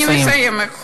אני מסיימת.